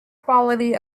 quality